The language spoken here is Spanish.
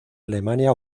alemania